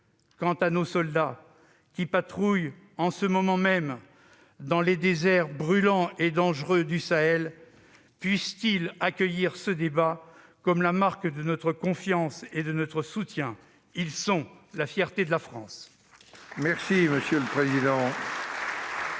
Quant à nos soldats qui patrouillent en ce moment même dans les déserts brûlants et dangereux du Sahel, puissent-ils accueillir ce débat comme la marque de notre confiance et de notre soutien. Ils sont la fierté de la France